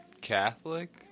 Catholic